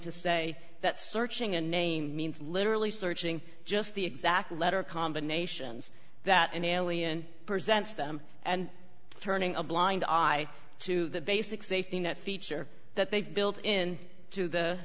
to say that searching a name means literally searching just the exact letter combinations that an alien present's them and turning a blind eye to the basic safety that feature that they've built in to the